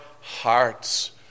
hearts